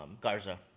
Garza